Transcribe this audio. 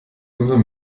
unsere